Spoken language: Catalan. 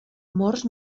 morts